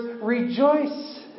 rejoice